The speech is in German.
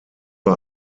bei